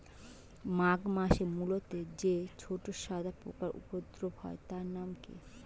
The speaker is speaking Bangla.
মাঘ মাসে মূলোতে যে ছোট সাদা পোকার উপদ্রব হয় তার নাম কি?